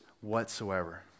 whatsoever